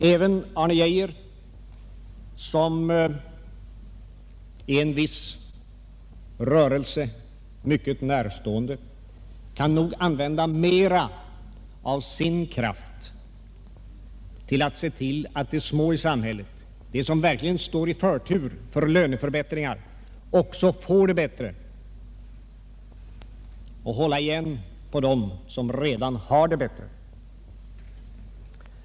Även Arne Geijer, som är en viss rörelse mycket närstående, kan nog använda mera av sin kraft till att se till, att de små i samhället, de som verkligen står i förtur för löneförbättringar, också får det bättre, och hålla igen för dem som redan har det bättre.